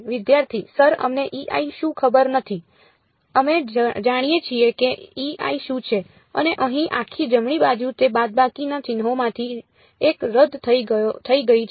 વિદ્યાર્થી સર અમને શું ખબર નથી અમે જાણીએ છીએ કે શું છે અને અહીં આખી જમણી બાજુ તે બાદબાકીના ચિહ્નોમાંથી એક રદ થઈ ગઈ છે